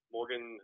Morgan